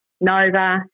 Nova